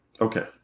Okay